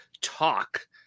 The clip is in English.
talk